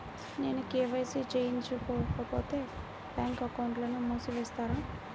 నేను కే.వై.సి చేయించుకోకపోతే బ్యాంక్ అకౌంట్ను మూసివేస్తారా?